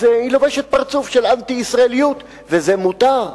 אז היא לובשת פרצוף של אנטי-ישראליות, וזה מותר.